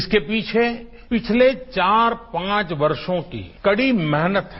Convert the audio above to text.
इसके पीछे पिछले चार पांच वर्षो की कड़ी मेहनत है